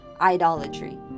idolatry